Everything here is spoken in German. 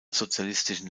sozialistischen